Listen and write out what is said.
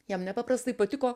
jam nepaprastai patiko